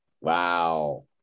wow